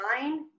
nine